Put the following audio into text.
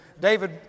David